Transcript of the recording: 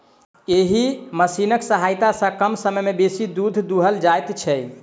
एहि मशीनक सहायता सॅ कम समय मे बेसी दूध दूहल जाइत छै